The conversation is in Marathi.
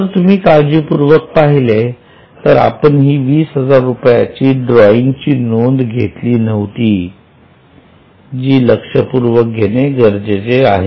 जर तुम्ही काळजीपूर्वक पाहिले तर आपण ही वीस हजार रुपयांची ड्रॉइंगची नोंद घेतली नव्हती जी लक्षपूर्वक घेणे गरजेचे आहे